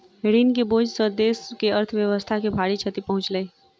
ऋण के बोझ सॅ देस के अर्थव्यवस्था के भारी क्षति पहुँचलै